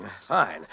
Fine